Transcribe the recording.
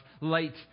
light